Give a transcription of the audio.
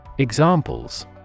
Examples